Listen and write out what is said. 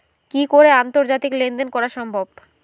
কি করে আন্তর্জাতিক লেনদেন করা সম্ভব?